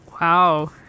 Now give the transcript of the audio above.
Wow